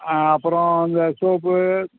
ஆ அப்புறம் இந்த சோப்பு